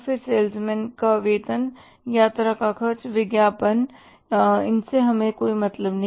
फिर सेल्समैन का वेतन यात्रा का खर्च विज्ञापन इनसे हमें अभी कोई मतलब नहीं